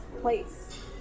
place